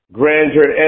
grandeur